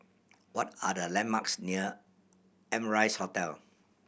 what are the landmarks near Amrise Hotel